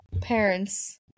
parents